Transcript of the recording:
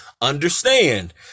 understand